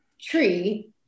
tree